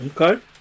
Okay